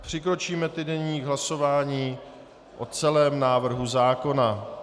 Přikročíme tedy nyní k hlasování o celém návrhu zákona.